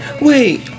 wait